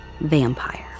vampire